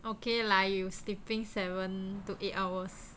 okay lah you sleeping seven to eight hours